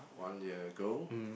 one year ago